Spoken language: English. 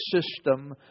system